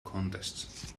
contest